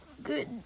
Good